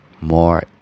more